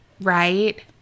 Right